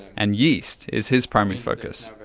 and yeast is his primary focus.